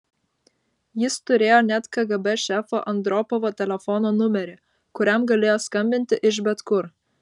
jis turėjo net kgb šefo andropovo telefono numerį kuriam galėjo skambinti iš bet kur